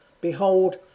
behold